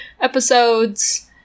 episodes